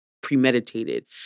premeditated